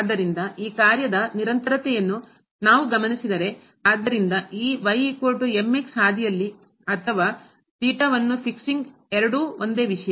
ಆದ್ದರಿಂದ ಈ ಕಾರ್ಯದ ನಿರಂತರತೆಯನ್ನು ನಾವು ಗಮನಿಸಿದರೆ ಆದ್ದರಿಂದ ಈ ಹಾದಿಯಲ್ಲಿ ಅಥವಾ ವನ್ನು ಫಿಕ್ಸಿಂಗ್ ಸರಿಪಡಿಸುವುದು ಎರಡೂ ಒಂದೇ ವಿಷಯ